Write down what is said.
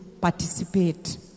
participate